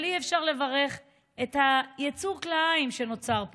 אבל אי-אפשר לברך את יצור הכלאיים שנוצר פה.